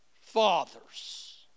fathers